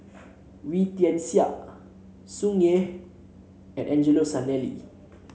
Wee Tian Siak Tsung Yeh and Angelo Sanelli